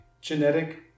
genetic